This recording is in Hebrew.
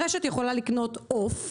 הרשת יכולה לקנות עוף.